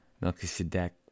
Melchizedek